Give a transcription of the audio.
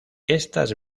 estas